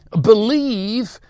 believe